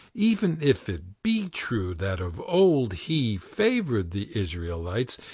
even if it be true that of old he favored the israelites,